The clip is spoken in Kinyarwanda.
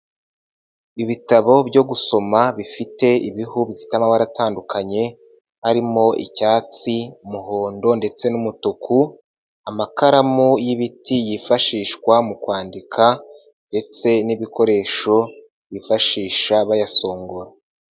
Ibitabo byo gusoma bifite ibihu bifite amabara atandukanye, arimo icyatsi, umuhondo ndetse n'umutuku, amakaramu y'ibiti yifashishwa mu kwandika ndetse n'ibikoresho bifashisha bayasongora.